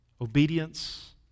Obedience